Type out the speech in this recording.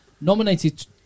nominated